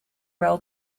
wel